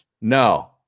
No